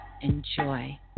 enjoy